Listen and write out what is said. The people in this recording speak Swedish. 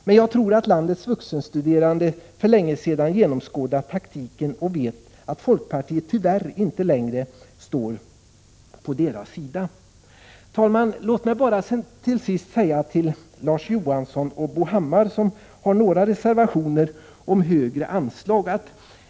Men jag tror att landets vuxenstuderande för länge sedan har genomskådat taktiken och vet att folkpartiet tyvärr inte längre står på deras sida. Herr talman! Låt mig till sist vända mig till Larz Johansson och Bo Hammar, som avgivit några reservationer om högre anslag.